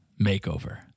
makeover